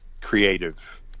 creative